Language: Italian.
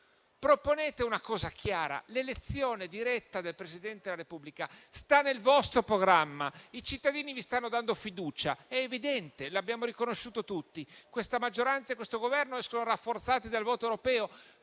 proponete una cosa chiara. L'elezione diretta del Presidente della Repubblica è nel vostro programma. I cittadini vi stanno dando fiducia: è evidente, l'abbiamo riconosciuto tutti. Questa maggioranza e questo Governo escono rafforzati dal voto europeo.